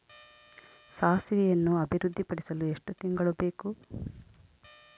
ಸಾಸಿವೆಯನ್ನು ಅಭಿವೃದ್ಧಿಪಡಿಸಲು ಎಷ್ಟು ತಿಂಗಳು ಬೇಕು?